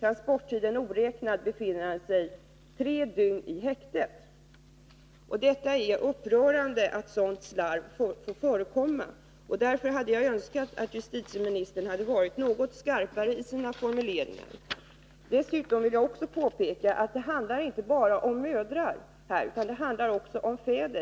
Transporttiden oräknad befann han sig tre dygn i häktet. Det är upprörande att sådant slarv får förekomma. Jag hade mot denna bakgrund önskat att justitieministern hade varit något skarpare i sina formuleringar. Dessutom vill jag påpeka att det här inte bara handlar om 2 Riksdagens protokoll 1981/82:72-74 mödrar utan också om fäder.